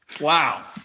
Wow